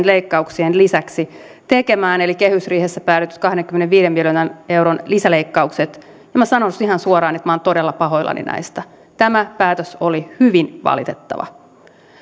leikkauksien lisäksi tekemään kehysriihessä päätetyt kahdenkymmenenviiden miljoonan euron lisäleikkaukset minä sanon ihan suoraan että minä olen todella pahoillani näistä tämä päätös oli hyvin valitettava